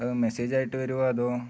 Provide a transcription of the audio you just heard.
അത് മെസ്സേജ് ആയിട്ട് വരുമോ അതോ